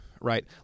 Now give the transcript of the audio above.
right